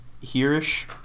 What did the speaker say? here-ish